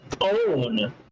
own